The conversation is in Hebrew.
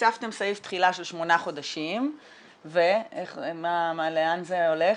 הצפתם סעיף תחילה של שמונה חודשים ולאן זה הולך?